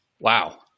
Wow